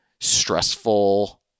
stressful